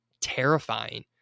terrifying